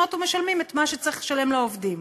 משלמות ומשלמים את מה שצריך לשלם לעובדים.